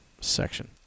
section